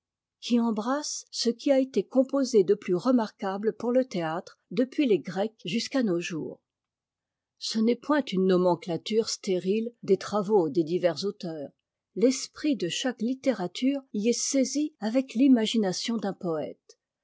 qui embrasse ce qui a été composé de plus remarquable pour le théâtre depuis les grecs jusqu'à nos jours ce n'est point get ouvrage est traduit en français l'auteur anonyme de la traduction madamenecker de saussure y a joint une préface pleine de pensées neuves et ingénieuses une nomenclature stérile des travaux des divers auteurs l'esprit de chaque littérature y est saisi avec l'imagination d'un poëte